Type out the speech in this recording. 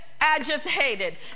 agitated